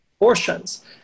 abortions